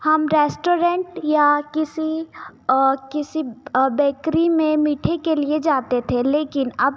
हम रेस्टोरेंट या किसी किसी बेकरी में मीठे के लिए जाते थे लेकिन अब